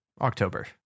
October